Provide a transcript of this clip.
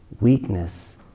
weakness